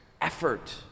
effort